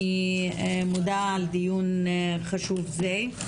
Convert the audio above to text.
אני מודה על דיון חשוב זה.